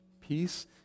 Peace